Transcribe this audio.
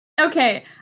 okay